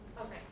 Okay